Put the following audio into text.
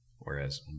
Whereas